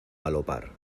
galope